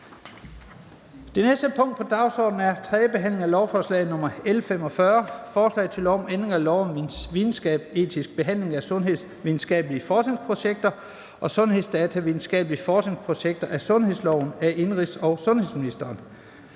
Det næste punkt på dagsordenen er: 8) 3. behandling af lovforslag nr. L 45: Forslag til lov om ændring af lov om videnskabsetisk behandling af sundhedsvidenskabelige forskningsprojekter og sundhedsdatavidenskabelige forskningsprojekter og sundhedsloven. (Smidigere rammer